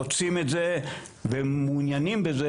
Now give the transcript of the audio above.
רוצים את זה ומעוניינים בזה.